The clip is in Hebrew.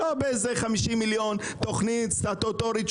לא באיזה תוכנית סטטוטורית של 50,